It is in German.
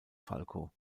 falco